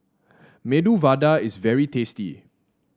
Medu Vada is very tasty